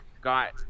got